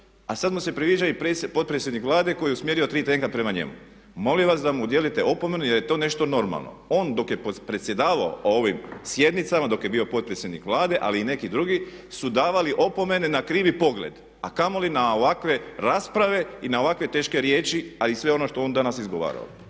a sada mu se priviđa i potpredsjednik Vlade koji je usmjerio tri tenka prema njemu. Molim vas da mu udijelite opomenu jer je to nešto normalno. On dok je predsjedavao ovim sjednicama, dok je bio potpredsjednik Vlade ali i neki drugi su davali opomene na krivi pogled a kamoli na ovakve rasprave i na ovakve teške riječi a i sve ono što je on danas izgovarao.